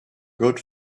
good